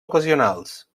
ocasionals